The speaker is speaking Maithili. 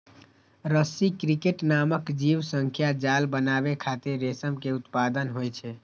रसी क्रिकेट नामक जीव सं जाल बनाबै खातिर रेशम के उत्पादन होइ छै